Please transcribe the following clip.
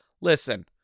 listen